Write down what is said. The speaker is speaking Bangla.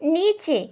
নিচে